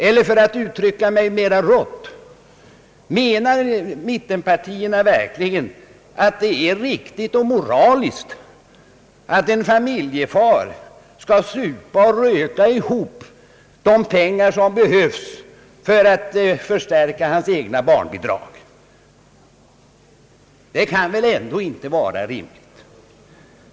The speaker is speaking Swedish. Eller för att uttrycka mig mera rått: Menar mittenpartierna verkligen att de är riktigt och moraliskt att en familjefar skall supa och röka ihop de pengar som behövs för att förstärka hans egna barnbidrag? Det kan väl inte vara rimligt?